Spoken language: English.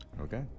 Okay